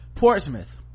portsmouth